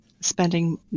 spending